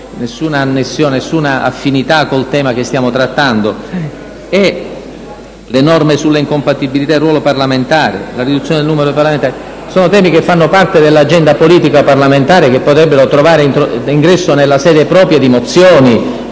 nessuna affinità con il tema che stiamo trattando, così come le norme sulle incompatibilità e la riduzione del numero dei parlamentari. Sono temi che fanno parte dell'agenda politica parlamentare, e potrebbero trovare ingresso nella sede propria di mozioni